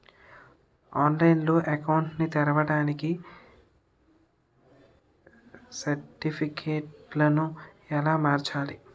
ఆన్లైన్లో అకౌంట్ ని తెరవడానికి సర్టిఫికెట్లను ఎలా సమర్పించాలి?